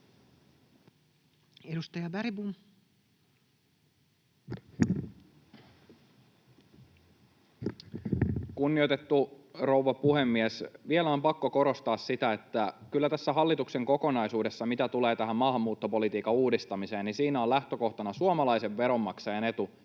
18:46 Content: Kunnioitettu rouva puhemies! Vielä on pakko korostaa sitä, että kyllä tässä hallituksen kokonaisuudessa, mitä tulee tähän maahanmuuttopolitiikan uudistamiseen, on lähtökohtana suomalaisen veronmaksajan etu